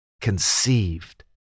conceived